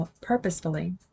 purposefully